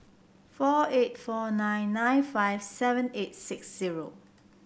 four eight four nine nine five seven eight six zero